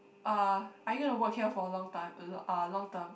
uh are you going to work here for a long time a ah long term